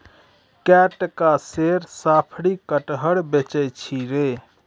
कए टका सेर साफरी कटहर बेचय छी रे